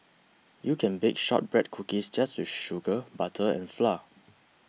you can bake Shortbread Cookies just with sugar butter and flour